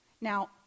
Now